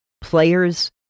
players